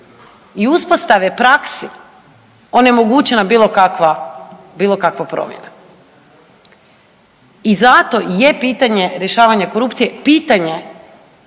i uspostave praksi onemogućena bilo kakva promjena. I zato je pitanje rješavanja korupcije, pitanje